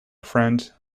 friend